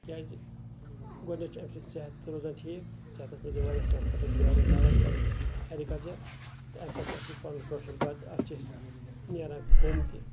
کیازِ گۄڈنیٚتھ چھُ امہِ سۭتۍ صحت تہِ روزان ٹھیٖک صحتَس مَنٛزچھُ واریاہ صحت خٲطرٕ چھُ واریاہ دَوا یہِ ایٚگرِکَلچَر تہٕ امہِ پَتہٕ چھُ اَسہِ یہِ پَنُن کٲشُر بَتہٕ اَتھ چھُ اَسہِ نیران کوٚم تہِ